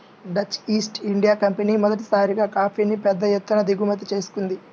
Dutch East India company మొదటిసారిగా కాఫీని పెద్ద ఎత్తున దిగుమతి చేసుకుంది